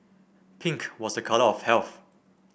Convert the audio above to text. pink was a colour of health